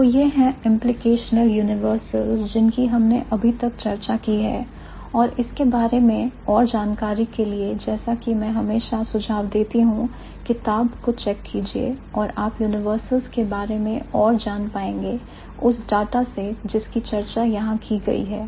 तो यह है implicational universals जिनकी हमने अभी तक चर्चा की है और इसके बारे में और जानकारी के लिए जैसा कि मैं हमेशा सुझाव देती हूं किताब को चेक कीजिए और आप universals के बारे में और जान पाएंगे उस डाटा से जिसकी चर्चा यहां की गई है